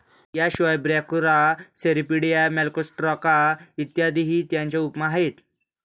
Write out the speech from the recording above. याशिवाय Brachyura, Cirripedia, Malacostraca इत्यादीही त्याच्या उपमा आहेत